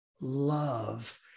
love